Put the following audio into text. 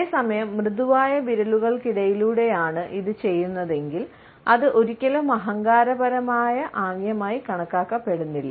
അതേസമയം മൃദുവായ വിരലുകളിലൂടെയാണ് ഇത് ചെയ്യുന്നതെങ്കിൽ അത് ഒരിക്കലും അഹങ്കാരപരമായ ആംഗ്യമായി കണക്കാക്കപ്പെടുന്നില്ല